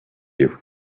you